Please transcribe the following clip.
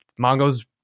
Mongos